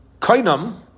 Kainam